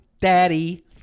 daddy